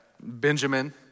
Benjamin